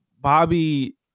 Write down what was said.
Bobby